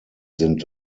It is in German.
sind